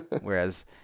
Whereas